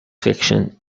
fiction